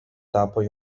tapo